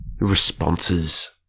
responses